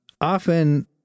Often